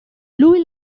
lui